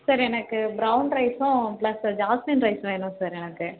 sir எனக்கு brown ரைஸும் plus jasmine ரைஸும் வேணும் சார் எனக்கு